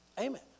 Amen